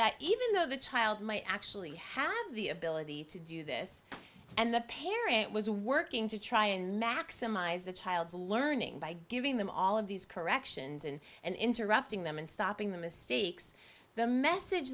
that even though the child might actually have the ability to do this and the parent was a working to try and maximize the child's learning by giving them all of these corrections and and interrupting them and stopping the mistakes the message